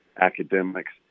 academics